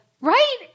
right